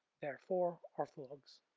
therefore orthologs.